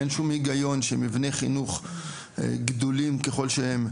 אין שום היגיון שמבנה חינוך גדולים ככל שהם,